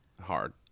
hard